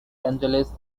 angeles